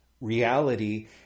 reality